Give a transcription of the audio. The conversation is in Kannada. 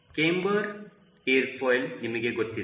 ಕ್ಯಾಮ್ಬರ್ ಏರ್ ಫಾಯಿಲ್ ನಿಮಗೆ ಗೊತ್ತಿದೆ